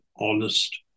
honest